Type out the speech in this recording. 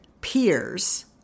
peers